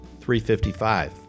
355